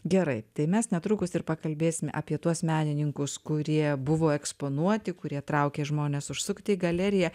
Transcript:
gerai tai mes netrukus ir pakalbėsime apie tuos menininkus kurie buvo eksponuoti kurie traukė žmones užsukti į galeriją